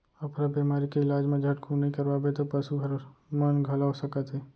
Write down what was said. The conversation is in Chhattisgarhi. अफरा बेमारी के इलाज ल झटकन नइ करवाबे त पसू हर मन घलौ सकत हे